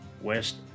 West